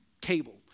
cable